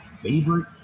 Favorite